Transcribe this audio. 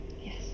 yes